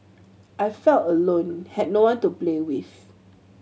I felt alone had no one to play with